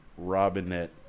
Robinette